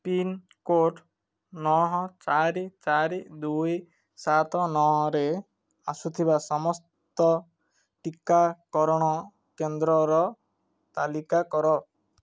pincode ନଅ ଚାରି ଚାରି ଦୁଇ ସାତ ନଅରେ ଆସୁଥିବା ସମସ୍ତ ଟୀକାକରଣ କେନ୍ଦ୍ରର ତାଲିକା କର